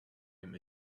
him